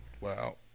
Wow